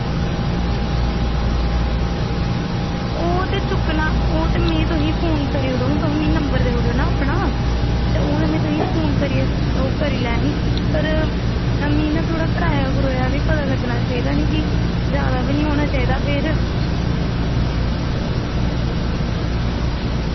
ओह् ते चुक्कना ओह् ते में तुसेंगी फोन करी ओड़ङ तुस मिगी ना नंबर देई ओड़ेओ ना अपना ते हून में तुसेंगी फोन करियै ओह् करी लैङ तके मिगी ना थोह्ड़ा किराया बी पता लग्गना चाहिदा ना की जादा बी निं होना चाहिदा फिर